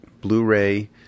Blu-ray